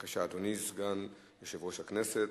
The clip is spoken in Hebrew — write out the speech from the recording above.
בבקשה, אדוני, סגן יושב-ראש הכנסת.